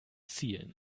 zielen